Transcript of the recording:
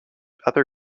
other